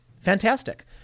Fantastic